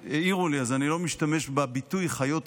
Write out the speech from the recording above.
העירו לי, אז אני לא משתמש בביטוי "חיות אדם",